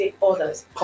orders